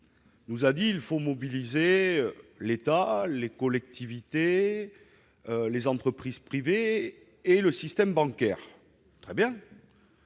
qu'il fallait mobiliser l'État, les collectivités, les entreprises privées et le système bancaire. Très bien,